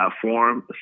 platform